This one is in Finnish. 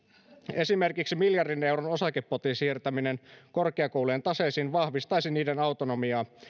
esimerkiksi miljardin euron osakepotin siirtäminen korkeakoulujen taseisiin vahvistaisi niiden autonomiaa ja